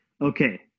Okay